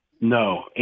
No